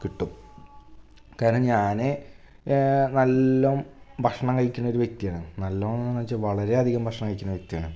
കിട്ടും കാരണം ഞാൻ നല്ലോം ഭഷ്ണം കഴിക്കുന്നൊരു വ്യക്തിയാണ് നല്ലവണ്ണം എന്നാണ് വെച്ചാൽ വളരെയധികം ഭഷ്ണം കഴിക്കുന്ന വ്യകതിയാണ്